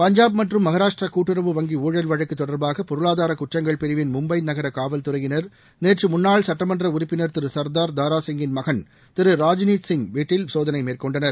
பஞ்சாப் மற்றும் மகாராஷ்டிரா கூட்டுறவு வங்கி ஊழல் வழக்கு தொடர்பாக பொருளாதார குற்றங்கள் பிரிவின் மும்பை நகர காவல் துறையினர் நேற்று முன்னாள் சட்டமன்ற உறுப்பினர் திரு சர்தார் தாராசிங்கின் மகன் திரு ராஜ்நீத் சிங் வீட்டில் சோதனை மேற்கொண்டனர்